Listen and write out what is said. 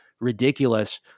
ridiculous